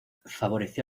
favoreció